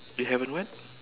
they haven't what